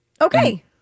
okay